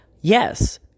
yes